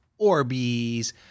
Orbeez